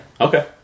Okay